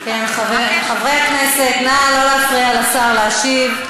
מירב, חברי הכנסת, נא לא להפריע לשר להשיב.